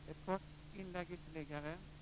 Herr talman!